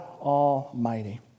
Almighty